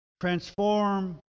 transform